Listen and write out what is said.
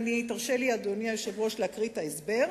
הרשה לי, אדוני היושב-ראש, לקרוא את ההסבר.